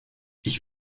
ich